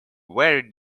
very